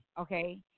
okay